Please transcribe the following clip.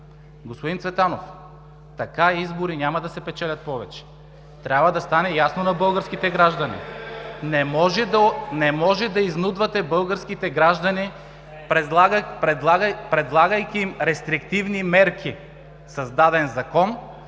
Господин Цветанов, така избори няма да се печелят повече. Трябва да стане ясно на българските граждани. Не може да изнудвате българските граждани, предлагайки им рестриктивни мерки с даден закон